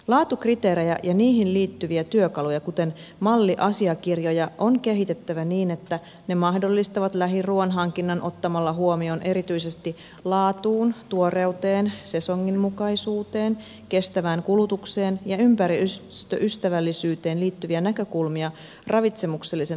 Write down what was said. laatukriteerejä ja niihin liittyviä työkaluja kuten malliasiakirjoja on kehitettävä niin että ne mahdollistavat lähiruuan hankinnan ottamalla huomioon erityisesti laatuun tuoreuteen sesonginmukaisuuteen kestävään kulutukseen ja ympäristöystävällisyyteen liittyviä näkökulmia ravitsemuksellisen laadun rinnalla